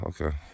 okay